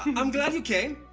i'm glad you came,